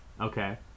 Okay